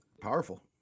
Powerful